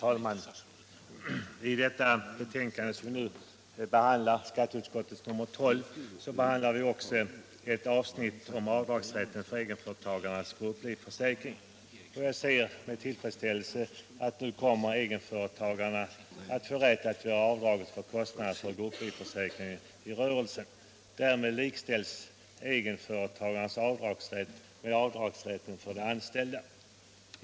Herr talman! I skatteutskottets betänkande nr 12, som nu debatteras, behandlas också ett avsnitt om rätten till avdrag för egenföretagarnas grupplivförsäkring. Jag ser med tillfredsställelse att egenföretagarna nu kommer att få rätt att göra avdrag för kostnader för grupplivförsäkring i rörelse. Därmed likställs egenföretagarnas avdragsrätt med avdragsrätten för de anställda.